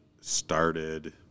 started